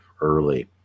early